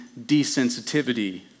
desensitivity